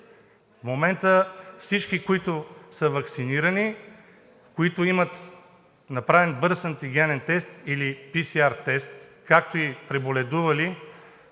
В момента всички, които са ваксинирани, които имат направен бърз антигенен тест или PCR тест, както и преболедували,